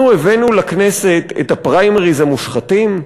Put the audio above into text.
אנחנו הבאנו לכנסת את הפריימריז המושחתים,